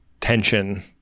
tension